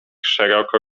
szeroko